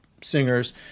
singers